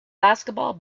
basketball